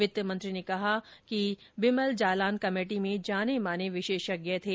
वित्तमंत्री ने कहा बिमल जालान कमेटी में जाने माने विशेषज्ञ थे